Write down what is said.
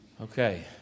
Okay